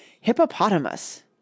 Hippopotamus